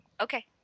okay